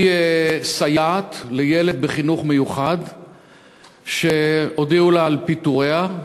היא סייעת לילד בחינוך מיוחד והודיעו לה על פיטוריה,